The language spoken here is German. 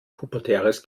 pubertäres